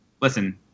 listen